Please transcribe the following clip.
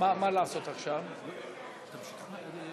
מבריטניה ומאוסטרליה.